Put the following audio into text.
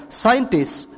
scientists